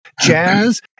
Jazz